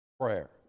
prayer